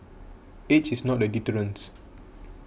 age is not a deterrence